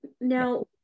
Now